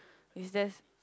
is there